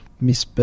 Miss